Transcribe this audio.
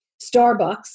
Starbucks